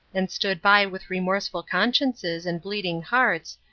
and stood by with remorseful consciences and bleeding hearts,